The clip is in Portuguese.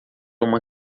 uma